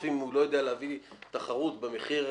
אם הוא לא יודע להביא תחרות במחיר,